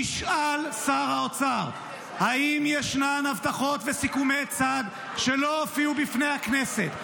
נשאל שר האוצר אם ישנן הבטחות וסיכומי צד שלא הופיעו בפני הכנסת?